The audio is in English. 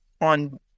on